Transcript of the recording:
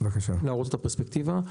להראות את הפרספקטיבה,